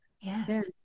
yes